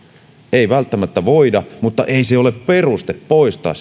ei välttämättä voida mutta ei se ole peruste poistaa